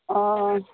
अ